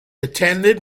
attended